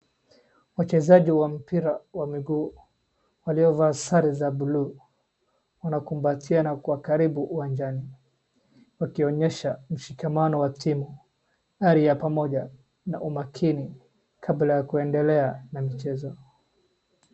Wachezaji wa mpira wa miguu waliovaa sare za buluu wanakumbatiana kwa karibu uwanjani wakionyesha mshikamano wa timu ari ya pamoja na umakini kabla ya kuendela na michezo.